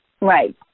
Right